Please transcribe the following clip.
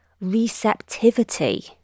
receptivity